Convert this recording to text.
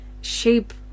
shape